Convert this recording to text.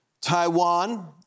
Taiwan